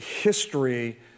history